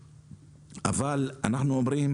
אבל אנחנו אומרים